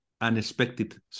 unexpected